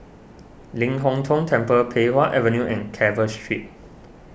Ling Hong Tong Temple Pei Wah Avenue and Carver Street